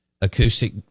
acoustic